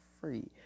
free